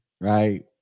right